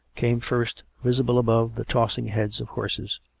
came first, visible above the tossing heads of horses.